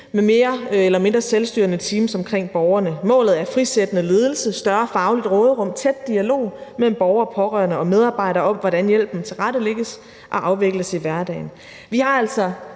med mere eller mindre selvstyrende teams omkring borgerne. Målet er frisættende ledelse, større fagligt råderum, tæt dialog mellem borgere, pårørende og medarbejdere om, hvordan hjælpen tilrettelægges og afvikles i hverdagen.